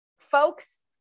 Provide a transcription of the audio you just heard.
folks